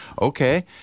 okay